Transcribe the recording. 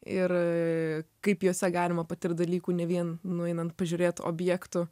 ir kaip juose galima patirt dalykų ne vien nueinant pažiūrėt objektų